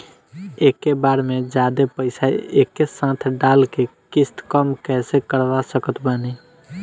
एके बार मे जादे पईसा एके साथे डाल के किश्त कम कैसे करवा सकत बानी?